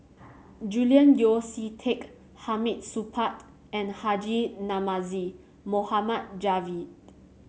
Julian Yeo See Teck Hamid Supaat and Haji Namazie Mohd Javad